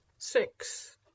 Six